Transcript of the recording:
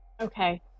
Okay